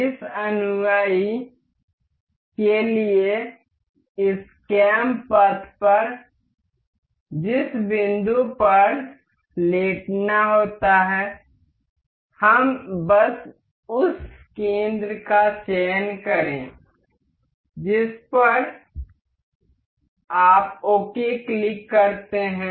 इस अनुयायी के लिए इस कैम पथ पर जिस बिंदु पर लेटना होता है हम बस उस केंद्र का चयन करें जिसे आप ओके क्लिक करते हैं